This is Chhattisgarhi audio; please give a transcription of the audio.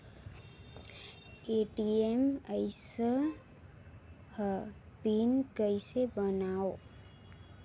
ए.टी.एम आइस ह पिन कइसे बनाओ?